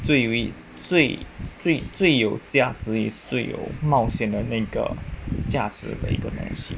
最有意最最最有价值也是最有冒险的那个价值的一个东西